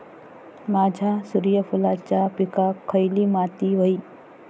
माझ्या सूर्यफुलाच्या पिकाक खयली माती व्हयी?